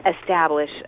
establish